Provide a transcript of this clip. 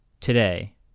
today